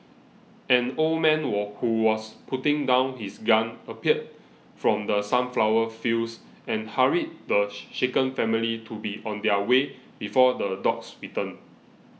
an old man wall who was putting down his gun appeared from the sunflower fields and hurried the shaken family to be on their way before the dogs return